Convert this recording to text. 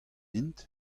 int